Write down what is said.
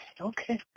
okay